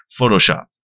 photoshop